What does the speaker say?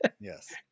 Yes